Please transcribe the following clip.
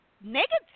negative